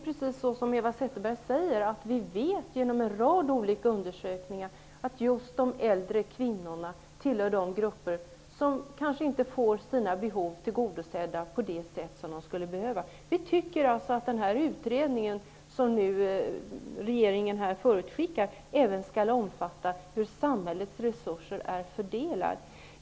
Precis som Eva Zetterberg säger vet vi genom en rad olika undersökningar att just de äldre kvinnorna tillhör den grupp som inte får sina behov tillgodosedda på det sätt som de skulle behöva. Vi tycker alltså att den utredning som regeringen nu förutskickat även skall omfatta frågan om hur samhällets resurser är fördelade.